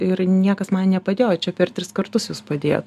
ir niekas man nepadėjo o čia per tris kartus jūs padėjot